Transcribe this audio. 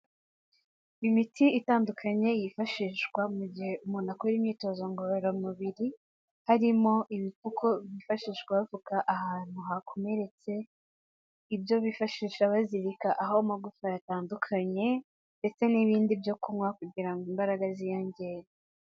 Imiti itandukanye yifashishwa mu gihe umuntu akora imyitozo ngororamubiri, harimo ibipfuko byifashishwa bapfuka ahantu hakomeretse, ibyo bifashisha bazirika aho amagufa yatandukanye ndetse n'ibindi byo kunywa kugira ngo imbaraga ziyongere.